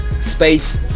space